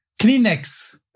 Kleenex